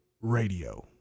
Radio